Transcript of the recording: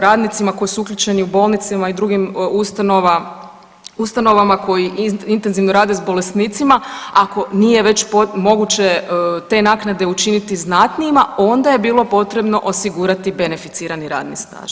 Radnicima koji su uključeni u bolnicama i drugim ustanovama koji intenzivno rade s bolesnicima ako već nije moguće te naknade učiniti znatnijima onda je bilo potrebno osigurati beneficirati radni staž.